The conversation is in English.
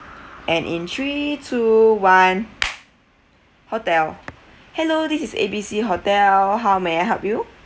and in three two one hotel hello this is A B C hotel how may I help you